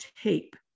tape